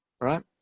right